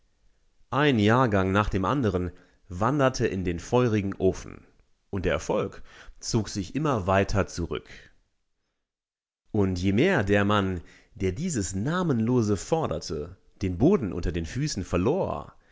ein jahrgang nach dem andern wanderte in den feurigen ofen und der erfolg zog sich immer weiter zurück und je mehr der mann der dieses namenlose forderte den boden unter den füßen verlor